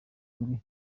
imwe